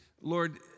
Lord